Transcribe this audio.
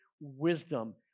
wisdom